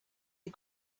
you